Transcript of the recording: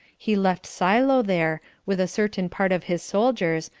he left silo there, with a certain part of his soldiers,